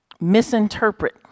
misinterpret